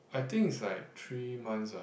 I think is like three months ah